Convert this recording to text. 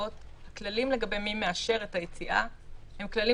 הכללים לגבי מי מאשר את היציאה הם כללים